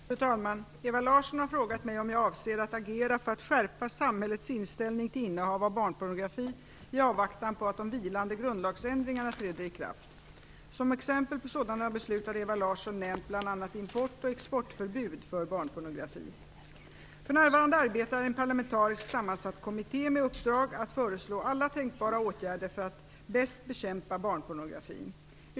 Fru talman! Ewa Larsson har frågat mig om jag avser att agera för att skärpa samhällets inställning till innehav av barnpornografi i avvaktan på att de vilande grundlagsändringarna träder i kraft. Som exempel på sådana beslut har Ewa Larsson nämnt bl.a. import och exportförbud för barnpornografi. För närvarande arbetar en parlamentariskt sammansatt kommitté med uppdrag att föreslå alla tänkbara åtgärder för att bäst bekämpa barnpornografin.